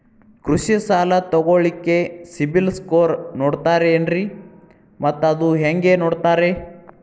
ಕೃಷಿ ಸಾಲ ತಗೋಳಿಕ್ಕೆ ಸಿಬಿಲ್ ಸ್ಕೋರ್ ನೋಡ್ತಾರೆ ಏನ್ರಿ ಮತ್ತ ಅದು ಹೆಂಗೆ ನೋಡ್ತಾರೇ?